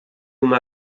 uma